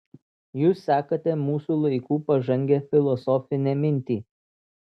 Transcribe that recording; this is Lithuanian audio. jūs sekate mūsų laikų pažangią filosofinę mintį